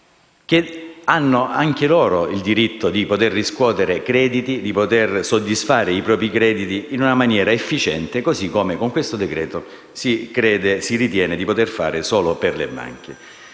che hanno anche loro il diritto di soddisfare i propri crediti in maniera efficiente, così come con questo decreto si ritiene di poter fare solo per le banche.